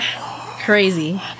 Crazy